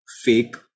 fake